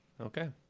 Okay